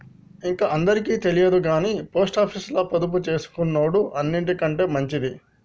ఇంక అందరికి తెల్వదుగని పోస్టాపీసుల పొదుపుజేసుకునుడు అన్నిటికంటె మంచిది